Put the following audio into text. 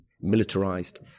militarized